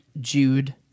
Jude